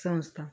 संस्था